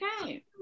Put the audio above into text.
Okay